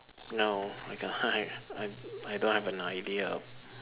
no I I I don't have an idea of